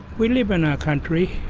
we live on our country.